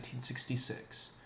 1966